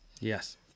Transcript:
Yes